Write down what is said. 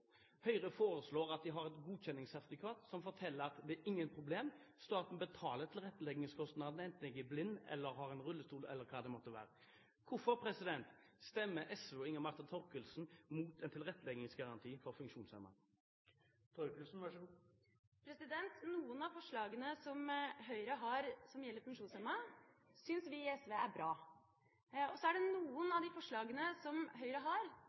Høyre foreslår at de har et godkjenningssertifikat som forteller at det ikke er noe problem, staten betaler tilretteleggingskostnadene enten man er blind, har en rullestol, eller hva det måtte være. Hvorfor stemmer SV og Inga Marte Thorkildsen mot en tilretteleggingsgaranti for funksjonshemmede? Noen av forslagene som Høyre har, som gjelder funksjonshemmede, syns vi i SV er bra. Så er det noen av forslagene som Høyre har,